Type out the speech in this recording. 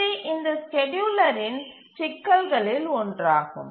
இது இந்த ஸ்கேட்யூலரின் சிக்கல்களில் ஒன்றாகும்